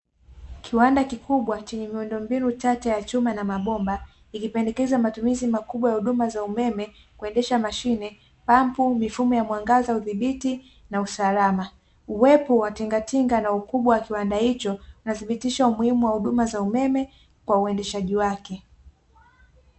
Kiwanda kikubwa chenye miundombinu tata ya chuma na mabomba ikipendekeza matumizi makubwa ya huduma za umeme kuendesha mashine, pampu, mifumo ya mwangaza udhibiti na usalama, uwepo wa tingatinga na ukubwa wa kiwanda hicho unathibitisha umuhimu wa huduma za umeme kwa uendeshaji wake.